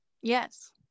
Yes